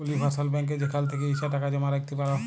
universal ব্যাংকে যেখাল থ্যাকে ইছা টাকা জমা রাইখতে পার